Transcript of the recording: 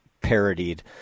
parodied